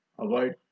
Avoid